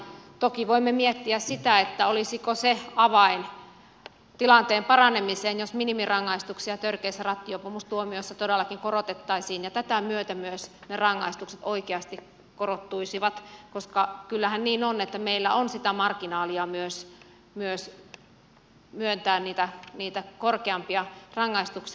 toki voimme miettiä sitä olisiko se avain tilanteen paranemiseen jos minimirangaistuksia törkeissä rattijuopumustuomioissa todellakin korotettaisiin ja tätä myöten myös ne rangaistukset oikeasti korottuisivat koska kyllähän niin on että meillä on sitä marginaalia myös myöntää niitä korkeampia rangaistuksia